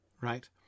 right